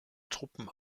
truppen